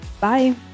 bye